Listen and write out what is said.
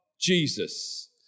Jesus